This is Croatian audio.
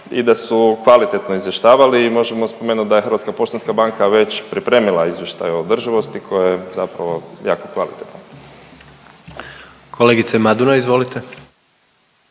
i da su kvalitetno izvještavali. I možemo spomenuti da je Hrvatska poštanska banka već pripremila izvještaj o održivosti koja je zapravo jako kvalitetna. **Jandroković,